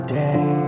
day